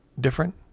different